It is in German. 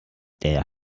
der